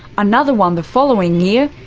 another one the following year,